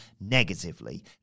negatively